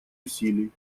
усилий